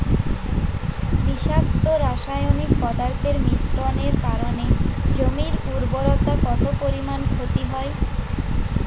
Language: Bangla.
বিষাক্ত রাসায়নিক পদার্থের মিশ্রণের কারণে জমির উর্বরতা কত পরিমাণ ক্ষতি হয়?